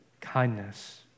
kindness